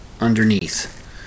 underneath